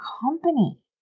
company